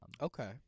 Okay